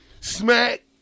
smack